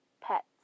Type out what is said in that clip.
pets